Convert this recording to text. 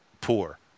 poor